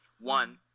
One